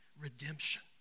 redemption